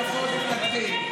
אתם אופוזיציה.